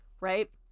right